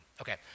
Okay